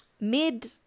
Mid